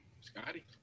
Scotty